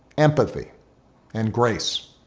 empathy and grace.